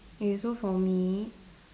okay so for me